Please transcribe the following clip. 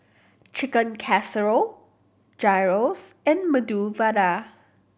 Chicken Casserole Gyros and Medu Vada